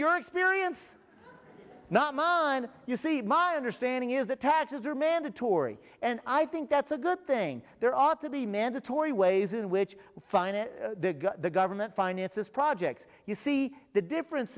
your experience not mine you see my understanding is that taxes are mandatory and i think that's a good thing there ought to be mandatory ways in which finally the government finances projects you see the difference